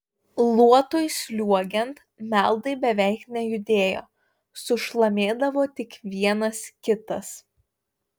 luotui sliuogiant meldai beveik nejudėjo sušlamėdavo tik vienas kitas